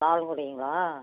லால்குடிங்களா